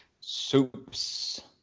Soups